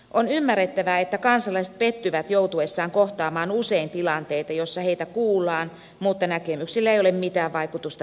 on ymmärrettävää että kansalaiset pettyvät joutuessaan kohtaamaan usein tilanteita joissa heitä kuullaan mutta näkemyksillä ei ole mitään vaikutusta päätöksentekoon